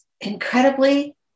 incredibly